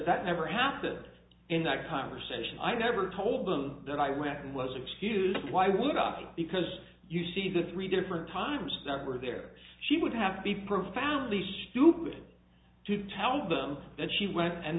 that never happened in that conversation i never told of that i went and was excused why would i because you see the three different times that were there she would have to be profoundly stupid to tell them that she went and